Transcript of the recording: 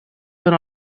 dóna